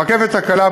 הרכבת הקלה,